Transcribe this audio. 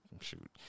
Shoot